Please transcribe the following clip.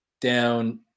down